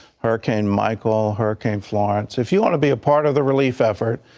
hurricane michael hurricane florence, if you want to be a part of the relief effort.